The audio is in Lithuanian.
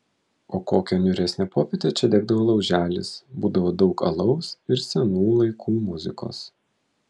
o kokią niūresnę popietę čia degdavo lauželis būdavo daug alaus ir senų laikų muzikos